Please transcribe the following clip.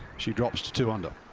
she drops to two under.